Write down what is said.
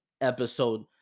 episode